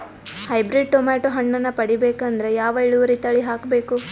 Hybrid tomato ಹಣ್ಣನ್ನ ಪಡಿಬೇಕಂದರ ಯಾವ ಇಳುವರಿ ತಳಿ ಹಾಕಬೇಕು?